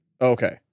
Okay